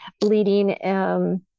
bleeding